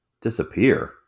Disappear